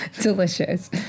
delicious